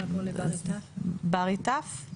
ועכשיו בארי טאף,